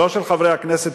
לא של חברי הכנסת,